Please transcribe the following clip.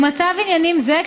במצב עניינים זה,